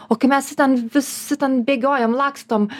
o kai mes ten visi ten bėgiojam lakstom